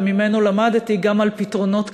וממנו למדתי גם על פתרונות קיימים,